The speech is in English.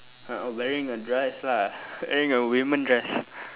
uh wearing a dress lah wearing a woman dress